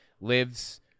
lives